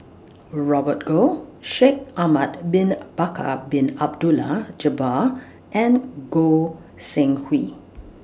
Robert Goh Shaikh Ahmad Bin Bakar Bin Abdullah Jabbar and Goi Seng Hui